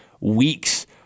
weeks